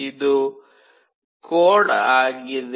ಇದು ಕೋಡ್ ಆಗಿದೆ